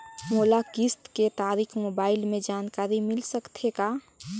मोला किस्त के तारिक मोबाइल मे जानकारी मिल सकथे का?